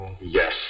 yes